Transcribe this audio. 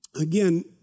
again